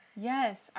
Yes